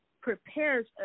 prepares